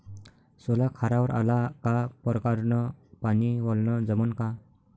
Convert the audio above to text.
सोला खारावर आला का परकारं न पानी वलनं जमन का?